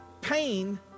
pain